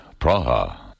Praha